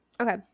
Okay